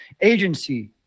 agency